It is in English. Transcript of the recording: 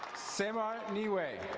sema neeway.